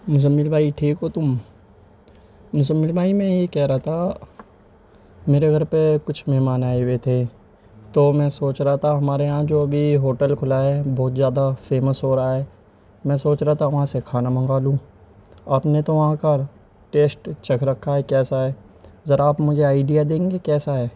مزمل بھائی ٹھیک ہو تم مزمل بھائی میں یہ کہہ رہا تھا میرے گھر پہ کچھ مہمان آئے ہوئے تھے تو میں سوچ رہا تھا ہمارے یہاں جو ابھی ہوٹل کھلا ہے بہت زیادہ فیمس ہو رہا ہے میں سوچ رہا تھا وہاں سے کھانا منگوا لوں آپ نے تو وہاں کا ٹیسٹ چکھ رکھا ہے کیسا ہے ذرا آپ مجھے آئیڈیا دیں گے کیسا ہے